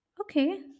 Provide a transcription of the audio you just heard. okay